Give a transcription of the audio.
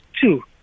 two